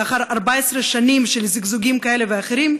לאחר 14 שנים של זיגזוגים כאלה ואחרים,